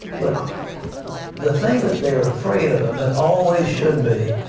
but the thing that they're afraid of, and always should be,